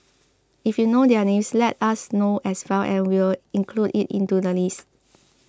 if you know their names let us know as well and we'll include it into the list